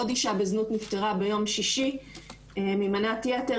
עוד אישה בזנות נפטרה ביום שישי ממנת יתר,